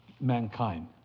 mankind